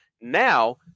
Now